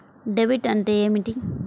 Debit అంటే ఏమిటి?